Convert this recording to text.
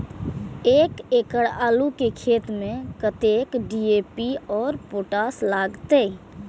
एक एकड़ आलू के खेत में कतेक डी.ए.पी और पोटाश लागते?